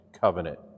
covenant